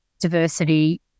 diversity